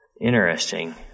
Interesting